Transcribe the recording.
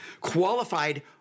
qualified